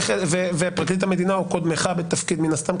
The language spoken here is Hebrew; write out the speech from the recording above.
-- ופרקליט המדינה או קודמך בתפקיד מן הסתם,